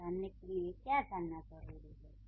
यह जानने के लिए क्या जानना जरूरी है